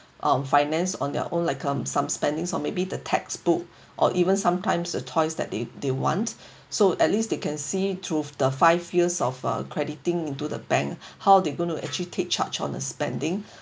um finance on their own like um some spending or maybe the textbook or even sometimes a toys that they they want so at least they can see through the five years of uh crediting into the bank how they going to take charge on the spending